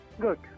Good